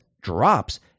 drops